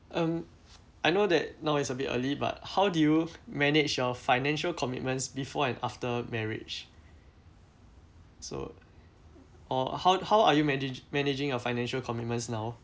um I know that now is a bit early but how do you manage your financial commitments before and after marriage so or how how are you manage managing your financial commitments now